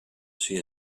she